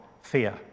fear